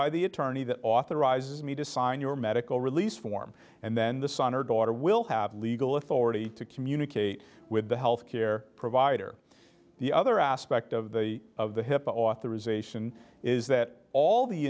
by the attorney that authorizes me to sign your medical release form and then the son or daughter will have legal authority to communicate with the health care provider the other aspect of the hipaa authorization is that all the